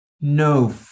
no